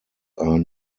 are